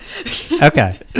Okay